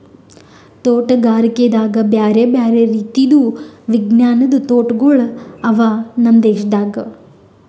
ತೋಟಗಾರಿಕೆದಾಗ್ ಬ್ಯಾರೆ ಬ್ಯಾರೆ ರೀತಿದು ವಿಜ್ಞಾನದ್ ತೋಟಗೊಳ್ ಅವಾ ನಮ್ ದೇಶದಾಗ್